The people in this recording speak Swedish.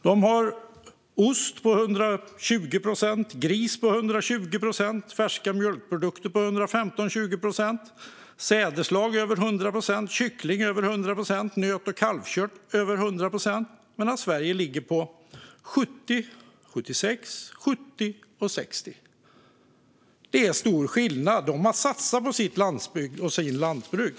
De har 120 procent på ost, 120 procent på gris, 115-120 procent på färska mjölkprodukter, över 100 procent på sädesslag, över 100 procent på kyckling och över 100 procent på nötkött och kalvkött, medan Sverige ligger på 70, 76, 70 och 60. Det är stor skillnad. De har satsat på sin landsbygd och sitt lantbruk.